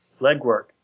legwork